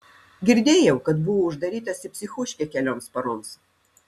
girdėjau kad buvo uždarytas į psichūškę kelioms paroms